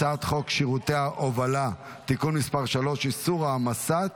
הצעת חוק שירותי הובלה (תיקון מס' 3) (איסור העמסת